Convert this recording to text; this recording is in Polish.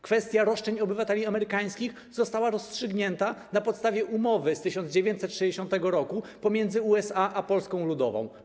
Kwestia roszczeń obywateli amerykańskich została rozstrzygnięta na podstawie umowy z 1960 r. pomiędzy USA a Polską Ludową.